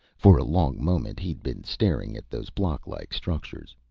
for a long moment he'd been staring at those blocklike structures.